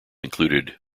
included